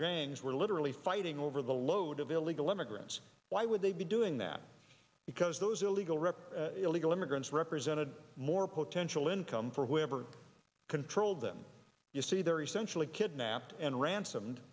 gangs were literally fighting over the load of illegal immigrants why would they be doing that because those illegal rip illegal immigrants represented more potential income for whoever controlled them you see they're essentially kidnapped and ransom